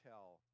Tell